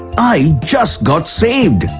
i just got saved!